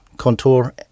contour